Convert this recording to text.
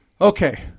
Okay